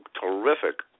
terrific